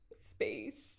space